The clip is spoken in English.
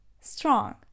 Strong